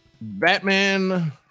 Batman